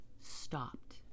stopped